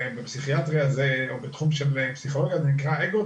בפסיכיאטריה או בתחום הפסיכולוגיה זה נקרא ,